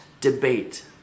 debate